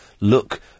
look